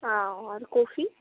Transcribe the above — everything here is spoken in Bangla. হ্যাঁ আর কপি